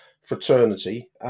fraternity